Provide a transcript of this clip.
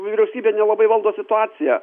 vyriausybė nelabai valdo situaciją